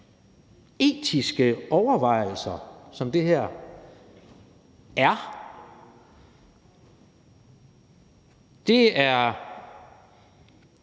etiske overvejelser, som det her er, og den